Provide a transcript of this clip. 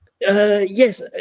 yes